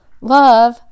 love